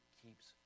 keeps